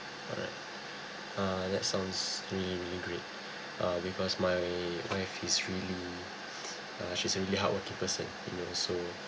alright uh that sounds really really great uh because my my wife is really uh she's a really hardworking person you know so